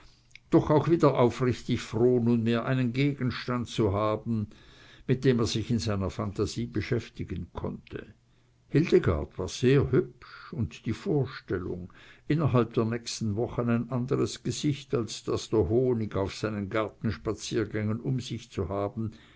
doch auch wieder aufrichtig froh nunmehr einen gegenstand zu haben mit dem er sich in seiner phantasie beschäftigen konnte hildegard war sehr hübsch und die vorstellung innerhalb der nächsten wochen ein anderes gesicht als das der honig auf seinen gartenspaziergängen um sich zu haben